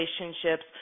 relationships